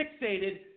fixated